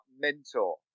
mentor